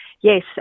yes